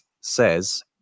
says